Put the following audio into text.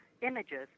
images